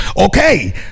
okay